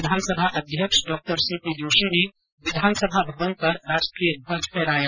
विधानसभा अध्यक्ष डॉ सीपी जोशी ने विधानसभा भवन पर राष्ट्रीय ध्वज फहराया